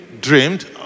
dreamed